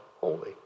holy